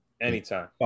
Anytime